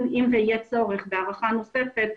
אם יהיה צורך בהארכה נוספת,